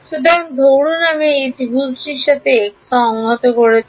সুতরাং ধরুন আমি এই ত্রিভুজটির সাথে x সংহত হয়েছি